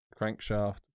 crankshaft